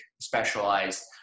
specialized